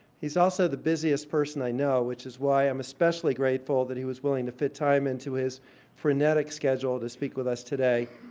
he's also the busiest person i know, which is why i'm especially grateful that he was willing to fit time into his frenetic schedule to speak with us today.